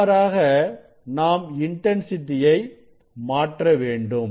இவ்வாறாக நாம் இன்டன்சிட்டியை மாற்ற வேண்டும்